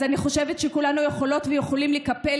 אז אני חושבת שכולנו יכולות ויכולים לקפל